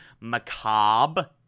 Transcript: macabre